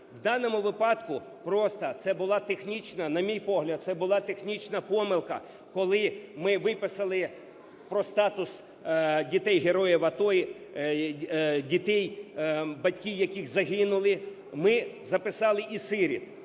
була технічна, на мій погляд, це була технічна помилка: коли ми виписали про статус дітей героїв АТО, дітей, батьки яких загинули, ми записали і сиріт.